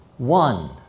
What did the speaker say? One